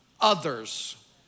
others